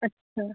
ਅੱਛਾ